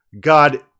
God